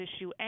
issue